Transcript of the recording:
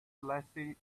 lesson